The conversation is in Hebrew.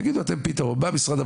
תגידו אתם מה הפתרון.